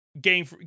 Game